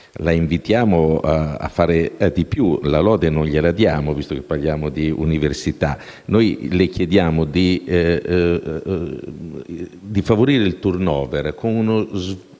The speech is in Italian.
la invitiamo a fare di più (la lode non gliela diamo, visto che parliamo di università). Le chiediamo di favorire il *turnover* con uno